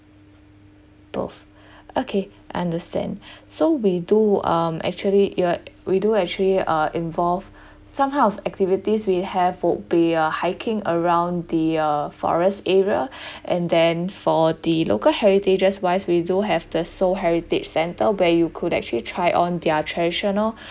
oh okay understand so we do um actually we are we do actually uh involve some half of activities we have would be uh hiking around the uh forest area and then for the local heritages wise we do have the seoul heritage center where you could actually try on their traditional